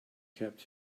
kept